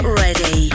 ready